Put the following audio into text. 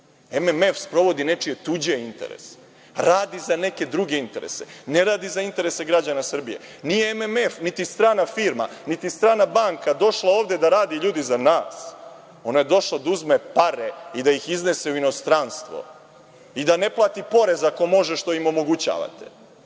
fond sprovodi nečije tuđe interese, radi za neke druge interese, ne radi za interese građana Srbije. Nije MMF niti strana firma niti strana banka došla ovde da radi ljudi za nas, ona je došla da uzme pare i da ih iznese u inostranstvo i da ne plati porez ako može, što im omogućavate.